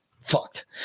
fucked